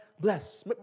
bless